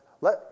let